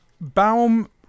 Baum